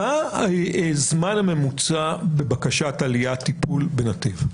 מה הזמן הממוצע בבקשת עלייה, טיפול בנתיב?